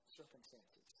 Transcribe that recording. circumstances